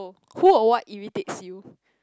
who or what irritates you